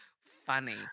funny